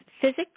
physics